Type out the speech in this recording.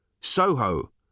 Soho